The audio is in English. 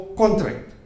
contract